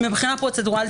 מבחינה פרוצדוראלית